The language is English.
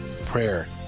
Prayer